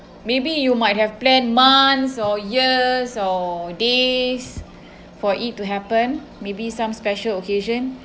maybe you might have planned months or years or days for it to happen maybe some special occasion